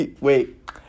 wait